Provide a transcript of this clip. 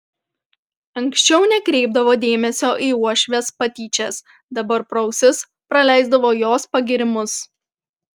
anksčiau nekreipdavo dėmesio į uošvės patyčias dabar pro ausis praleisdavo jos pagyrimus